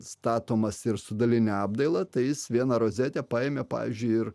statomas ir su daline apdaila tai jis vieną rozetę paėmė pavyzdžiui ir